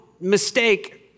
mistake